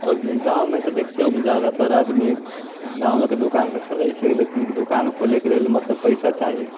अब गाँवमे तऽ देखिऔ जादातर आदमी गाँवेके दोकान से खरदैत छै लेकिन दुकान खोलैके लेल मतलब पैसा चाही